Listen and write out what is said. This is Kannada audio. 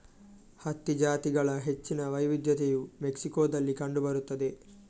ಹತ್ತಿ ಜಾತಿಗಳ ಹೆಚ್ಚಿನ ವೈವಿಧ್ಯತೆಯು ಮೆಕ್ಸಿಕೋದಲ್ಲಿ ಕಂಡು ಬರುತ್ತದೆ